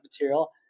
material